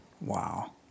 Wow